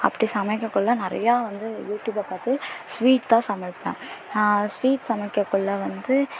அப்படி சமைக்க குள்ளே நிறையா வந்து யூடியூப்பை பார்த்து ஸ்வீட் தான் சமைப்பேன் நான் ஸ்வீட் சமைக்க குள்ளே வந்து